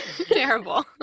Terrible